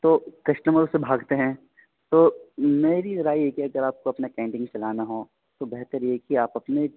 تو کسٹمر اس سے بھاگتے ہیں تو میری رائے یہ کہ اگر آپ کو اپنا کینٹین چلانا ہو تو بہتر یہ کہ آپ اپنے